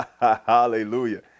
Hallelujah